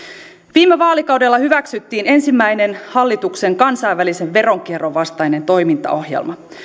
viime vaalikaudella hyväksyttiin ensimmäinen hallituksen kansainvälisen veronkierron vastainen toimintaohjelma